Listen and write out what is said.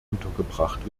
untergebracht